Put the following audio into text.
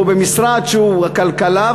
או במשרד שהוא הכלכלה?